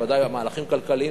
ודאי במהלכים כלכליים,